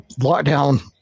lockdown